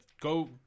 go